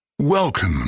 Welcome